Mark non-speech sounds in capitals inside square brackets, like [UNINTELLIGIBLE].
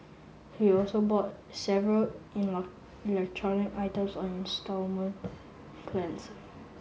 he also bought several [UNINTELLIGIBLE] electronic items on instalment plans